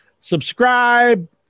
Subscribe